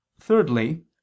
thirdly